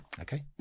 Okay